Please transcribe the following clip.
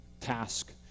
task